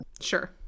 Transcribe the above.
sure